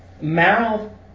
Mal